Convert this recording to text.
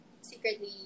secretly